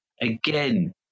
again